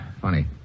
Funny